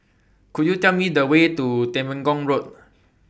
Could YOU Tell Me The Way to Temenggong Road